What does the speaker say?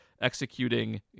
executing